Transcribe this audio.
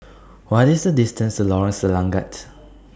What IS The distance to Lorong Selangat